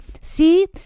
see